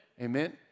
Amen